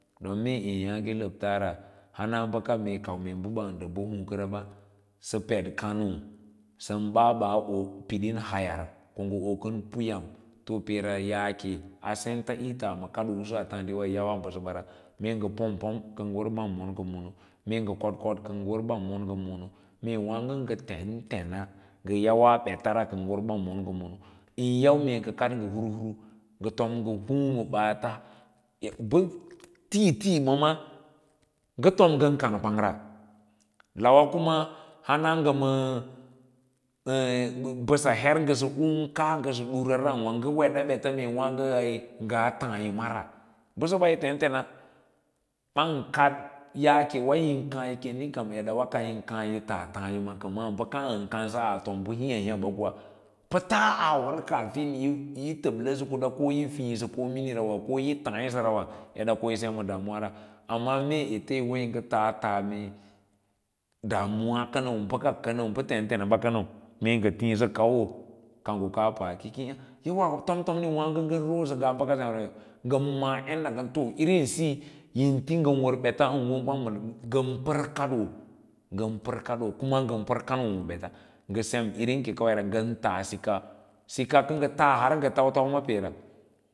Domin mee eyaage labtara hana mee kau ngan baba nee rayi mee baba huu kara bas a pd kani an basbas a hoo pidin hayar ko nga bokan puyan to peera yaake a senta ita ma kadoo usu a taa diwa i yawa basaba ra mee nga pom pom ka nga war ban mon ngan mono mee nga koo kod nga war banmon ngan mono mee waago nga war ban mon nga mono an yau mee ga kad nga mono an yau mee nga kad nga hurhur nfa tpm nga huu ma baate ba tiihii bama nga tom ngan kan kwang ra lawa kuma hens nga maa mbass hur ngasa u kaa hnga dura raugwa nga weda beta mee waagoi ngas taaya ma ra basaba yi tentens kankal yaa kea yo, kaa yi kem ni kam edawa ka yim kaa yi taa taa yama kamau kamsa tonu ba hinya hinya ba kwang a tas a kora kafir table kudu koyi fiisa ko finding ra neru eda koyi sema damuwa ra amma mee ete woyi taa tas mee damuwa kana baka kanau an ba tentena ba kanau mee nga tiia kauwo kanggo tom ni waago nga nadau ngaa baka semra yan gar ma yadda gan ttomsoya irin siyi yim ti ga war beta a wo gwang-ngan par kadoo ngan pa kado kura ngan par kadoo ma bets nga sem nda irin ke kawuni ra ngan as sika sika kasa har ka nga ta shar ma peera